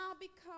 become